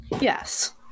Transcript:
Yes